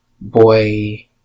boy